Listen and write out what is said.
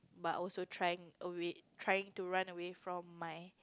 but also trying away trying to run away from my